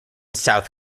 south